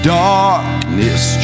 darkness